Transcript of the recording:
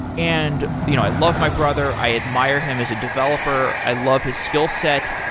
and you know i love my brother. i admire him as a developer. i love his skill set.